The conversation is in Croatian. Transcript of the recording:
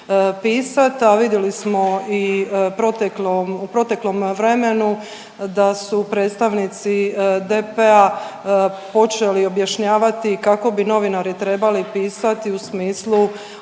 a vidjeli smo i proteklom, u proteklom vremenu, da su predstavnici DP-a počeli objašnjavati kako bi novinari trebali pisati u smislu